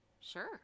Sure